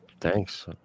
thanks